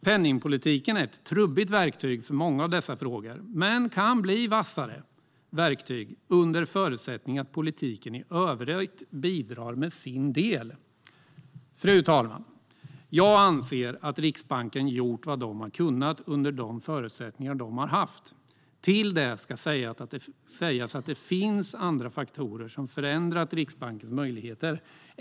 Penningpolitiken är ett trubbigt verktyg för många av dessa frågor, men det kan bli vassare - under förutsättning att politiken i övrigt bidrar med sin del. Fru talman! Jag anser att Riksbanken har gjort vad den har kunnat under de förutsättningar den har haft. Till det ska läggas att det finns andra faktorer som har förändrat Riksbankens möjligheter.